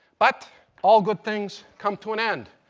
but all good things come to an end.